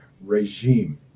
regime